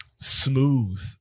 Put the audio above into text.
smooth